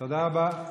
תודה רבה.